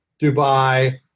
Dubai